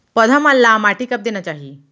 पौधा मन ला माटी कब देना चाही?